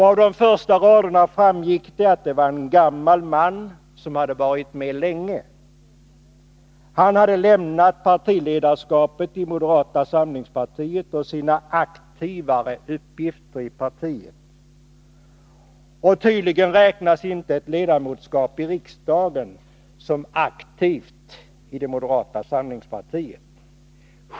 Av de första raderna framgick det att det var skrivet av en gammal man, som hade varit med länge. Han hade lämnat partiledarskapet i moderata samlingspartiet och sina aktivare uppgifter i partiet. Tydligen räknas inte ett ledamotskap i riksdagen som ”aktivt” i moderata samlingspartiet.